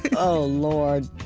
and oh, lord,